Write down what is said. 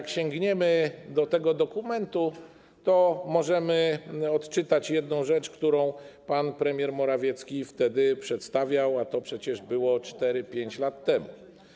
Gdy sięgniemy do tego dokumentu, to możemy odczytać jedną rzecz, którą pan premier Morawiecki wtedy przedstawiał, a to przecież było 4–5 lat temu.